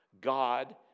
God